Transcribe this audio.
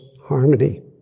harmony